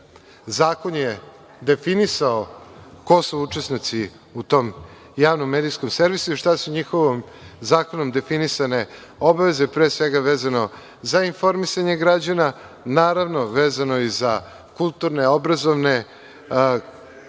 Zakon je definisao ko su učesnici u tom javnom medijskom servisu i šta su zakonom njihove definisane obaveze, pre svega vezano za informisanje građana. Naravno, vezano je i za kulturne, obrazovne